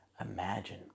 imagine